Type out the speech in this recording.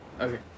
Okay